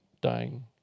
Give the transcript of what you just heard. dying